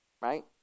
right